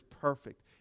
perfect